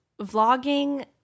vlogging